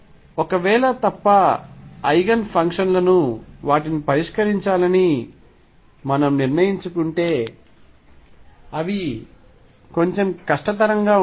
ఒకవేళ తప్ప ఐగెన్ ఫంక్షన్లను వాటిని పరిష్కరించాలని మనము నిర్ణయించుకుంటే అవి కొంచెం కష్ట తరంగా ఉంటాయి